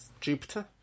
Jupiter